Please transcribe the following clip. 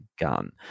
gun